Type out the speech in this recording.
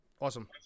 Awesome